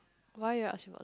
why you ask me about